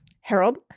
Harold